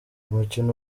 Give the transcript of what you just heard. umukino